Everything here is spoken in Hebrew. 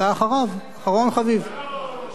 שלמה מולה, ואתה אחרון.